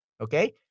Okay